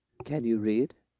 can you read?